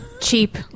Cheap